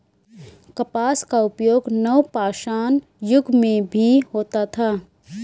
कपास का उपयोग नवपाषाण युग में भी होता था